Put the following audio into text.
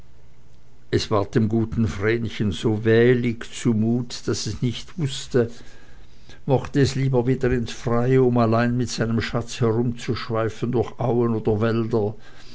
es ward dem guten vrenchen so wählig zu mut daß es nicht wußte mochte es lieber wieder ins freie um allein mit seinem schatz herumzuschweifen durch auen und wälder